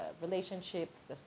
relationships